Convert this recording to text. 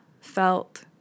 felt